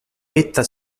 vetta